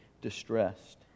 distressed